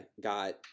got